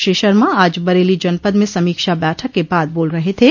श्री शर्मा आज बरेली जनपद में समीक्षा बैठक के बाद बोल रहे थे